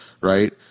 right